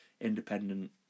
independent